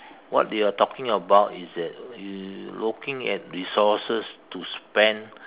what they are talking about is that uh looking at resources to spend